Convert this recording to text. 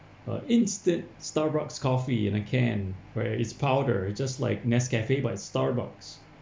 uh instant starbucks coffee in a can where it's powder just like nescafe but it's Starbucks